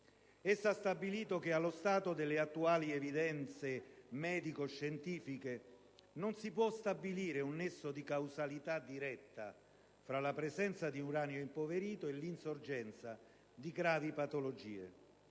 Essa, ha stabilito che allo stato delle attuali evidente medico-scientifiche non si può stabilire un nesso di causalità diretta fra la presenza di uranio impoverito e l'insorgenza di gravi patologie.